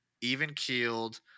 even-keeled